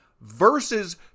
versus